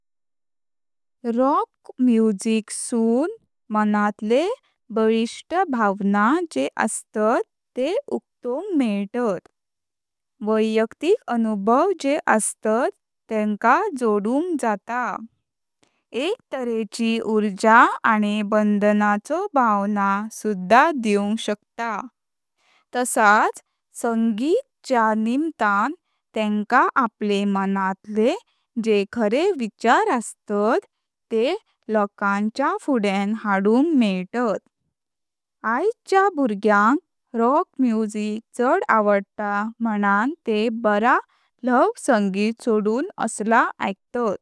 Rock music सुन मं वटले बलिष्ट भावना जे आस्तात तेह उक्तोंक मेळतात। व्यक्तिगत अनुभव जे आस्तात तेंका जोडुंक जात, एक तरेची ऊर्जा आनी बंदाचो भावना सुध्दा दिवक शकता। तसाच संगीत च्या निमतान तेंका आपले मं वटले जे खरे विचार आस्तात तेह लोकांच्या फुडयां हाडुंक मेळतात। आज च्या बर्ग्यांक रॉक म्यूजिक चड आंवत म्हुनंन तेह बारा ल्हाव संगीत सोडून आस्ला आइकतात।